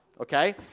okay